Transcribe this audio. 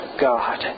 God